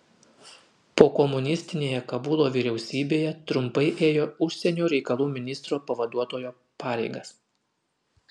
pokomunistinėje kabulo vyriausybėje trumpai ėjo užsienio reikalų ministro pavaduotojo pareigas